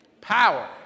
Power